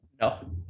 No